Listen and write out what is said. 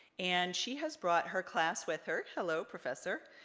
and she has brought her class with her, hello professor.